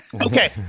okay